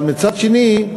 אבל מצד שני,